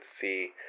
see